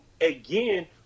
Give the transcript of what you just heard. again